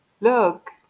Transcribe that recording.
Look